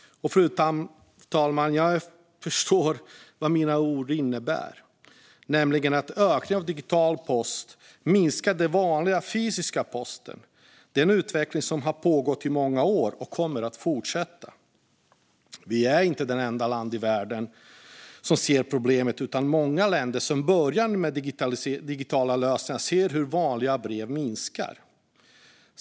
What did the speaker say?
Fru talman! Jag förstår vad mina ord innebär, nämligen att ökningen av digital post minskar mängden vanlig, fysisk post. Det är en utveckling som har pågått i många år och som kommer att fortsätta. Vi är inte det enda landet i världen som ser detta problem, utan många länder som börjar med digitala lösningar ser hur mängden vanliga brev minskar.